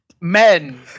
Men